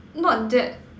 not that